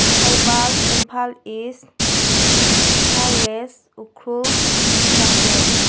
Thoubal Imphal east Imphal west Ukhrul Chandel